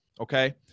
Okay